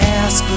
ask